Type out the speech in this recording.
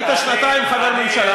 היית שנתיים חבר ממשלה,